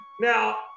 Now